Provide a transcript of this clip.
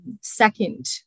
second